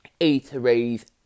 eateries